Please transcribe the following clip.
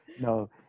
No